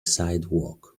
sidewalk